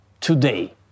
today